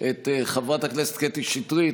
את חברת הכנסת קטי שטרית,